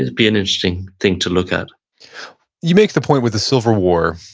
be an interesting thing to look at you make the point with the civil war,